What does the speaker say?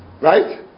Right